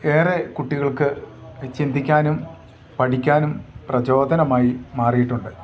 ഏറെ കുട്ടികൾക്ക് ചിന്തിക്കാനും പഠിക്കാനും പ്രചോദനമായി മാറിയിട്ടുണ്ട്